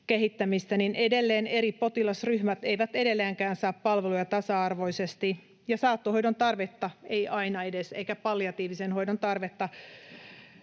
niin eri potilasryhmät eivät edelleenkään saa palveluja tasa-arvoisesti ja saattohoidon tai palliatiivisen hoidon tarvetta